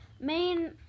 main